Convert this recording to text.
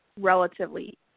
relatively